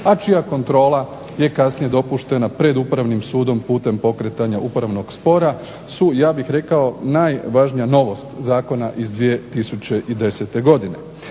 a čija kontrola je kasnije dopuštena pred Upravnim sudom putem pokretanja upravnog spora su ja bih rekao najvažnija novost zakona iz 2010. godine.